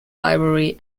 library